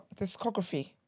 discography